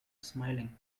smiling